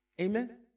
Amen